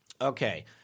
Okay